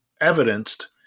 evidenced